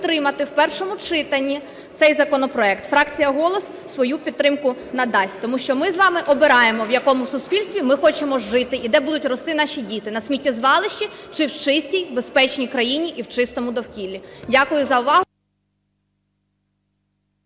Дякую за увагу.